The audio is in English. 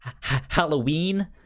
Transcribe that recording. Halloween